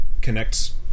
connects